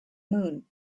moon